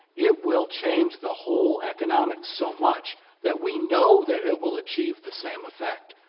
it will change the whole economics so much that we know that it will achieve the same effect.